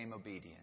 obedient